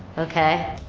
okay.